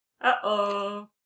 Uh-oh